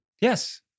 yes